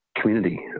community